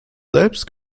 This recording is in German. selbst